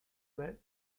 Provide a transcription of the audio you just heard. let